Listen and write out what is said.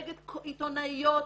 נגד עיתונאיות,